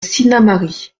sinnamary